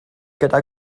gyda